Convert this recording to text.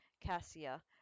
Cassia